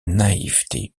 naïveté